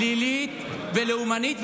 פלילית ולאומנית,